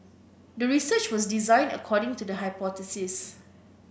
the research was designed according to the hypothesis